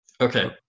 Okay